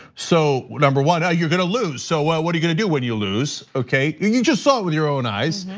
so number one, now, you're gonna lose. so what what are you gonna do when you lose, okay? you just saw it with your own eyes.